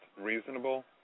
reasonable